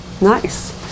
Nice